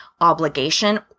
obligation